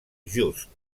just